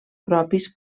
propis